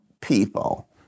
people